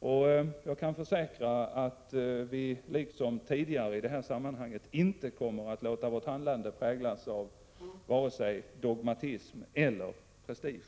Regeringen kommer liksom tidigare i detta sammanhang inte att låta sitt handlande präglas av vare sig dogmatism eller prestige.